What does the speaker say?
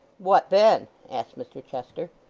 what then asked mr chester.